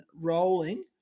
rolling